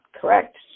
correct